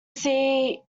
see